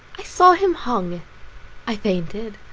i saw him hung i fainted.